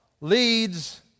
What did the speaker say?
leads